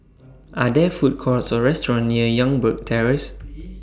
Are There Food Courts Or restaurants near Youngberg Terrace